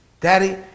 Daddy